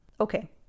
Okay